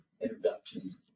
introductions